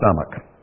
stomach